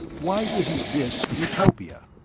why isn't this utopia?